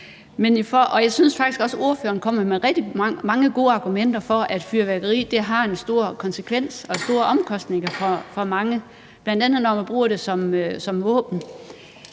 Jeg synes faktisk også, ordføreren kom med mange gode argumenter, bl.a. at fyrværkeri har store konsekvenser og store omkostninger for mange, når man bruger det som våben.